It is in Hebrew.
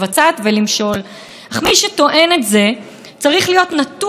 ומשמעותית מצד הרשויות המחוקקת או השופטת?